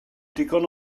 digon